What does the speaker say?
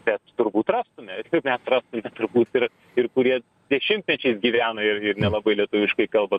bet turbūt rastume kaip mes rastume turbūt ir ir kurie dešimtmečiais gyvena ir nelabai lietuviškai kalba